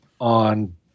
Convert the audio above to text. on